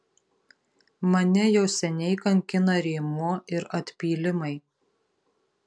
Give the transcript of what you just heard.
mane jau seniai kankina rėmuo ir atpylimai